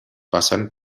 passen